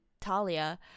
Talia